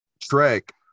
trek